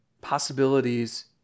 possibilities